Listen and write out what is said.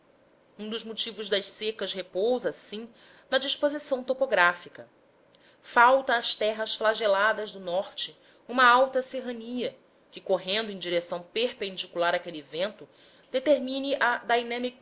um dos motivos das secas repousa assim na disposição topográfica falta às terras flageladas do norte uma alta serrania que correndo em direção perpendicular àquele vento determine a